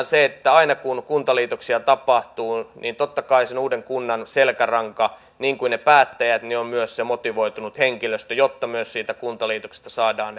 se että aina kun kuntaliitoksia tapahtuu niin totta kai sen uuden kunnan selkäranka niin kuin ne päättäjät on myös se motivoitunut henkilöstö jotta myös siitä kuntaliitoksesta saadaan